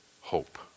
hope